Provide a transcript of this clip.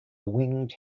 winged